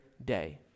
day